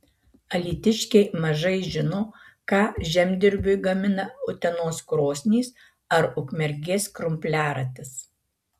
alytiškiai mažai žino ką žemdirbiui gamina utenos krosnys ar ukmergės krumpliaratis